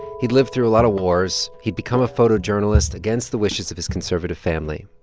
he'd lived through a lot of wars. he'd become a photojournalist against the wishes of his conservative family.